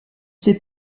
ses